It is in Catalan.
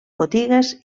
botigues